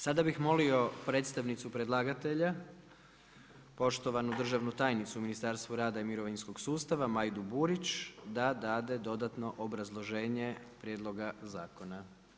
Sada bih molio predstavnicu predlagatelja, poštovanu državnu tajnicu u Ministarstvu rada i mirovinskog sustava, Majdu Burić, da dade dodatno obrazloženje prijedloga zakona.